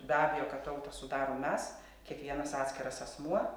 be abejo kad tautą sudarom mes kiekvienas atskiras asmuo